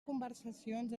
conversacions